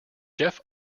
geoff